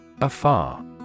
Afar